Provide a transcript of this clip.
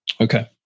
Okay